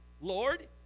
Lord